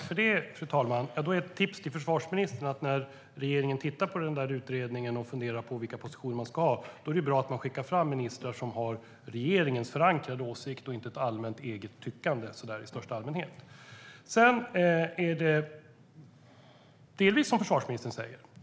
Fru talman! Ett tips till försvarsministern är att när regeringen tittar på utredningen och funderar på vilka positioner man ska ha är det bra att skicka fram ministrar som har regeringens förankrade åsikt och inte ett allmänt eget tyckande i största allmänhet. Det är delvis som försvarsministern säger.